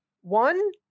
One